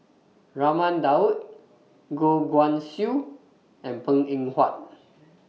Raman Daud Goh Guan Siew and Png Eng Huat